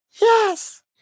Yes